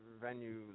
venue